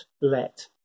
let